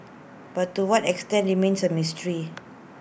but to what extent remains A mystery